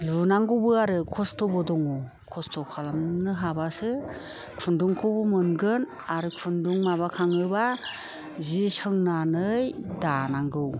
लुनांगौबो आरो खस्थ'बो दं खस्थ' खालामनो हाबासो खुन्दुंखौबो मोनगोन आरो खुन्दुं माबाखाङोबा जि सोंनानै दानांगौ